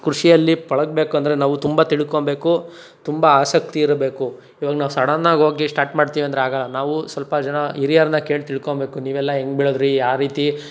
ಕೃಷಿಯಲ್ಲಿ ಪಳಗ್ಬೇಕಂದರೆ ನಾವು ತುಂಬ ತಿಳ್ಕೊಬೇಕು ತುಂಬ ಆಸಕ್ತಿ ಇರಬೇಕು ಇವಾಗ ನಾವು ಸಡನ್ನಾಗಿ ಹೋಗಿ ಸ್ಟಾರ್ಟ್ ಮಾಡ್ತೀವಂದ್ರಾಗಲ್ಲ ನಾವು ಸ್ವಲ್ಪ ಜನ ಹಿರಿಯರನ್ನ ಕೇಳಿ ತಿಳ್ಕೊಬೇಕು ನೀವೆಲ್ಲ ಹೇಗೆ ಬೆಳೆದಿರಿ ಯಾವ ರೀತಿ